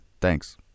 thanks